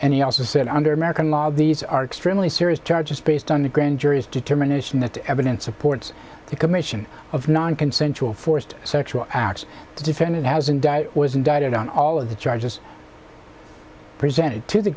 and he also said under american law these are extremely serious charges based on the grand jury's determination that the evidence supports the commission of nonconsensual forced sexual acts the defendant has indicted was indicted on all of the charges presented to the